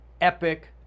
epic